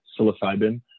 psilocybin